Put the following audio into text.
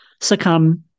succumb